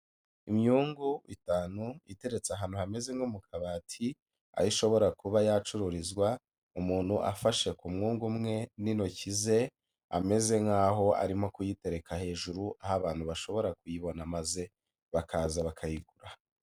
Imyungu itanu iteretse ahantu hameze nko mu kabati, aho ishobora kuba yacuruzwa, umuntu afashe ku mwungu umwe n'intoki ze, ameze nkaho arimo kuyitereka hejuru aho abantu bashobora kuyibona maze bakaza bakayigura.